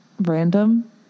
random